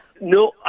No